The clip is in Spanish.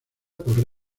por